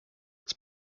its